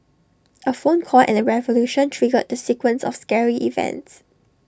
A phone call and A revolution triggered the sequence of scary events